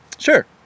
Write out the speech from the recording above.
Sure